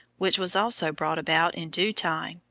which was also brought about in due time,